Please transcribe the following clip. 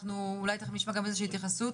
אולי תיכף נשמע גם איזושהי התייחסות.